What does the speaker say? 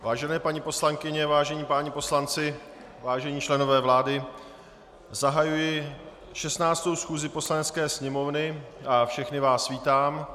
Vážené paní poslankyně, vážení páni poslanci, vážení členové vlády, zahajuji 16. schůzi Poslanecké sněmovny a všechny vás vítám.